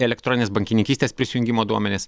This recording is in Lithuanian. elektroninės bankininkystės prisijungimo duomenis